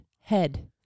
head